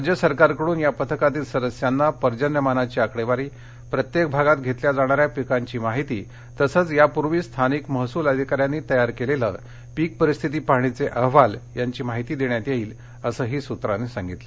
राज्य सरकारकडून या पथकातील सदस्यांना पर्जन्यमानाची आकडेवारी प्रत्येक भागात घेतल्या जाणाऱ्या पिकांची माहिती तसंच यापूर्वी स्थानिक महसूल अधिकाऱ्यांनी तयार केलेले पीक परिस्थिती पाहणीचे अहवाल यांची माहिती देण्यात येईल असंही या सूत्रांनी नमूद केलं